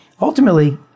Ultimately